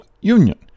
union